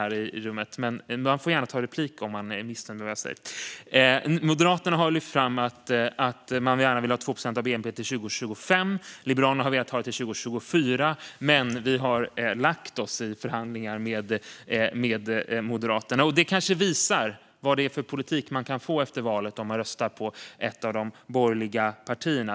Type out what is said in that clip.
Moderaterna har tidigare här i dag sagt att de har haft förslag om att vi skulle nå 2 procent av bnp till 2025. Liberalerna har velat ha det till 2024, men vi har lagt oss i förhandlingar med Moderaterna. Detta kanske visar vad det är för politik man kan få efter valet om man röstar på ett av de borgerliga partierna.